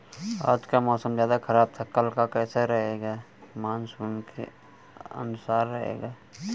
आज का मौसम ज्यादा ख़राब था कल का कैसा रहेगा?